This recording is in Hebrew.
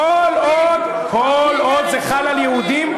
כל עוד זה חל על יהודים,